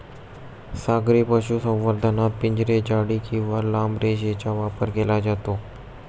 सागरी पशुसंवर्धनात पिंजरे, जाळी किंवा लांब रेषेचा वापर केला जातो